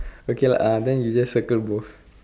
okay lah uh then you just circle both